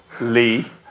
Lee